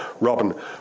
Robin